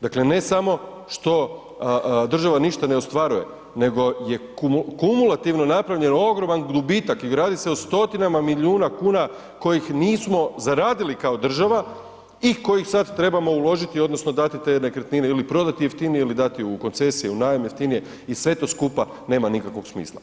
Dakle, ne samo što država ništa ne ostvaruje, nego je kumulativno napravljen ogroman gubitak i radi se o stotinama milijuna kuna kojih nismo zaradili kao država i kojih sad trebamo uložiti odnosno dati te nekretnine ili prodati jeftinije ili dati u koncesiju, u najam jeftinije i sve to skupa nema nikakvog smisla.